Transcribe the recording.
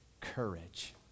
courage